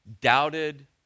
doubted